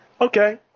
Okay